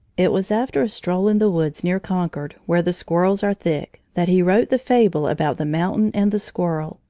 it was after a stroll in the woods near concord, where the squirrels are thick, that he wrote the fable about the mountain and the squirrel.